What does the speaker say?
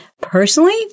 Personally